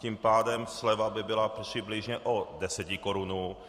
Tím pádem sleva by byla přibližně o desetikorunu.